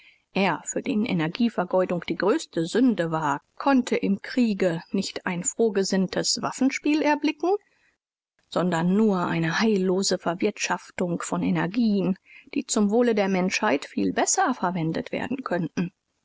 er für den energievergeudung die größte sünde war konnte im kriege nicht ein frohgesinntes waffenspiel erblicken sondern nur eine heillose verwirtschaftung von energien die zum wohle der menschheit viel besser verwendet werden könnten